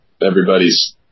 everybody's